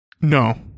No